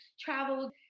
traveled